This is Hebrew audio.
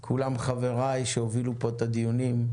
כולם חבריי שהובילו פה את הדיונים,